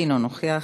אינו נוכח,